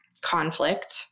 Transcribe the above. conflict